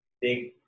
big